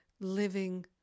living